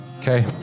Okay